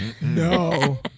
No